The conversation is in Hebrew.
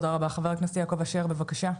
חבר הכנסת יעקב אשר, בבקשה.